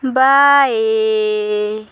bye